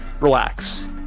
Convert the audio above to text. relax